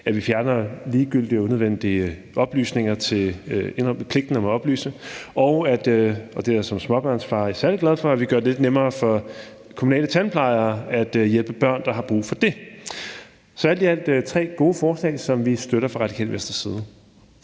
at vi fjerner pligten til at oplyse, når det er ligegyldigt og unødvendigt, og at – og det er jeg som småbørnsfar særlig glad for – vi gør det lidt nemmere for kommunale tandplejere at hjælpe børn, der har brug for det. Så alt i alt er det tre gode forslag, som vi støtter fra Radikale Venstres side.